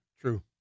True